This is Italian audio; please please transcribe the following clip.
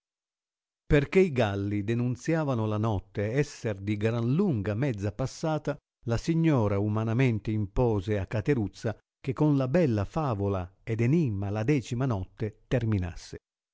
perchè i galli denunziavano la notte esser di gran lunga mezza passata la signora umanamente impose a cateruzza che con la bella favola ed enimma la decima notte terminasse